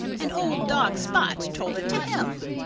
and old dog spot told it to him.